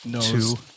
two